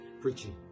preaching